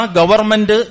government